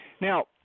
Now-